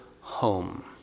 home